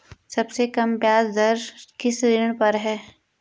सबसे कम ब्याज दर किस ऋण पर है?